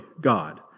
God